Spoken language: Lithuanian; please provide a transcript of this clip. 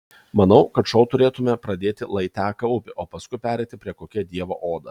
manau kad šou turėtumėme pradėti lai teka upė o paskui pereiti prie kokia dievo oda